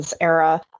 era